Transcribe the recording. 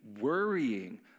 worrying